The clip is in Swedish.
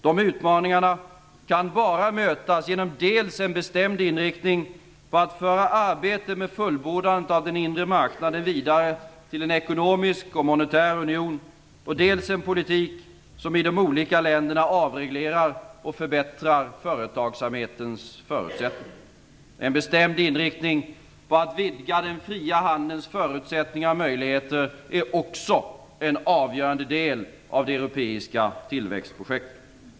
De utmaningarna kan bara mötas genom dels en bestämd inriktning på att föra arbetet med fullbordan av den inre marknaden vidare till en ekonomisk och monetär union, dels en politik som i de olika länderna avreglerar och förbättrar företagsamhetens förutsättningar. En bestämd inriktning på att vidga den fria handelns förutsättningar och möjligheter är också en avgörande del av det europeiska tillväxtprojektet.